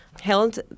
held